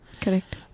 Correct